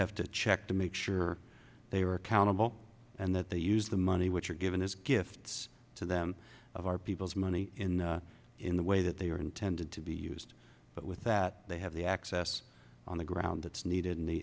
have to check to make sure they are accountable and that they use the money which are given as gifts to them of our people's money in in the way that they are intended to be used but with that they have the access on the ground that's needed in the